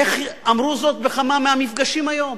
איך אמרו זאת בכמה מהמפגשים היום?